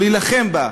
או להילחם בה,